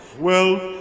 well,